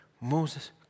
Moses